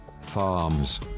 farms